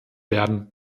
werden